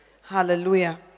Hallelujah